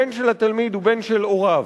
בין של התלמיד ובין של הוריו.